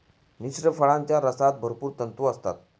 मिश्र फळांच्या रसात भरपूर तंतू असतात